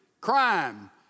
crime